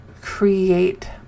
create